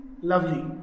lovely